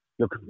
Look